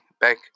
back